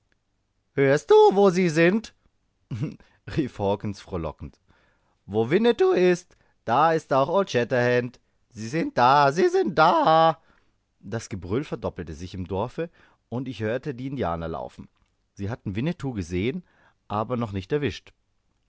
hörst du wo sie sind rief hawkens frohlockend wo winnetou ist da ist auch old shatterhand sie sind da sie sind da das gebrüll verdoppelte sich im dorfe und ich hörte die indianer laufen sie hatten winnetou gesehen aber noch nicht erwischt